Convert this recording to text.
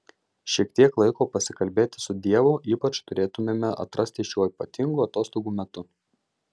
šiek tiek laiko pasikalbėti su dievu ypač turėtumėme atrasti šiuo ypatingu atostogų metu